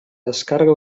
descàrrega